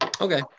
Okay